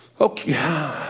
Okay